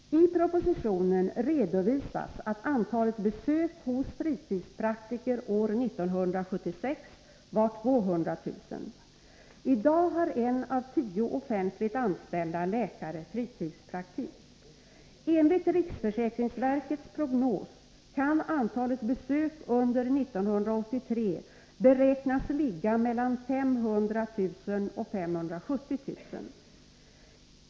I propositionen redovisas att antalet besök hos fritidspraktiker år 1976 var 200000. I dag har en av tio offentligt anställda läkare fritidspraktik. Enligt riksförsäkringsverkets prognos kan antalet besök under 1983 beräknas ligga mellan 500000 och 570000.